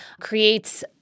creates